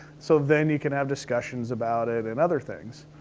so then you can have discussions about it and other things.